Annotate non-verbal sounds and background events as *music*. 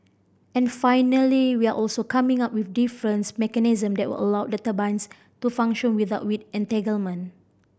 and finally we're also coming up with different *unintelligible* mechanism that will allow the turbines to function without weed entanglement